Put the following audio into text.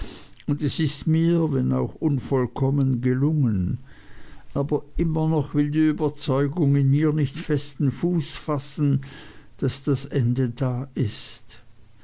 und es ist mir wenn auch unvollkommen gelungen aber immer noch will die überzeugung in mir nicht festen fuß fassen daß das ende da ist